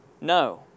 No